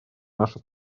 наша